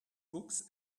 books